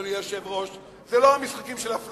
אדוני היושב-ראש, זה לא המשחקים של אפללו.